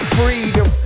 freedom